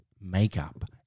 makeup